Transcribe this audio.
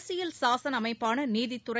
அரசியல் சாசன அமைப்பான நீதித்துறை